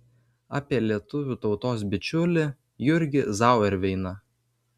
apie lietuvių tautos bičiulį jurgį zauerveiną